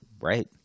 right